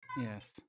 yes